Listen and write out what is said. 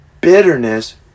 bitterness